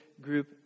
group